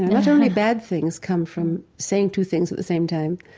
not only bad things come from saying two things at the same time.